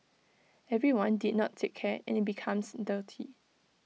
everyone did not take care and IT becomes dirty